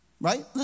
Right